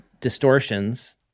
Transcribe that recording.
distortions